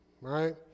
right